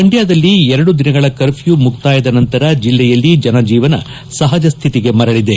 ಮಂಡ್ಕದಲ್ಲಿ ಎರಡು ದಿನಗಳ ಕರ್ಫ್ಲೂ ಮುಕ್ವಾಯದ ನಂತರ ಜಿಲ್ಲೆಯಲ್ಲಿ ಜನ ಜೀವನ ಸಹಜ ಸ್ಟಿತಿಗೆ ಮರಳಿದೆ